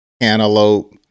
cantaloupe